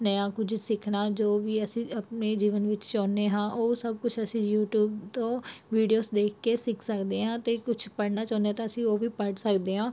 ਨਵਾਂ ਕੁਝ ਸਿੱਖਣਾ ਜੋ ਵੀ ਅਸੀਂ ਆਪਣੇ ਜੀਵਨ ਵਿੱਚ ਚਾਹੁੰਦੇ ਹਾਂ ਉਹ ਸਭ ਕੁਛ ਅਸੀਂ ਯੂਟੀਊਬ ਤੋਂ ਵੀਡੀਓਸ ਦੇਖ ਕੇ ਸਿੱਖ ਸਕਦੇ ਹਾਂ ਅਤੇ ਕੁਛ ਪੜ੍ਹਨਾ ਚਾਹੁੰਦੇ ਹਾਂ ਤਾਂ ਅਸੀਂ ਉਹ ਵੀ ਪੜ੍ਹ ਸਕਦੇ ਹਾਂ